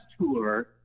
tour